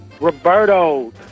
Roberto